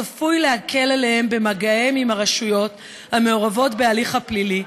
צפוי להקל עליהם במגעיהם עם הרשויות המעורבות בהליך הפלילי,